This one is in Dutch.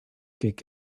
keek